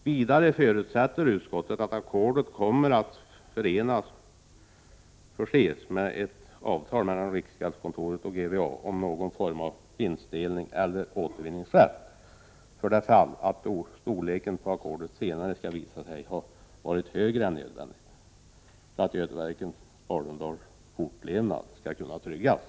Vidare förutsätter utskottet att ackordet kommer att förses med ett avtal mellan riksgäldskontoret och Götaverken Arendal om någon form av vinstdelning eller återvinningsrätt, om ackordet senare skulle visa sig ha varit större än nödvändigt för att Götaverken Arendals fortlevnad skulle kunna tryggas.